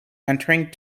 entering